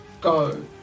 go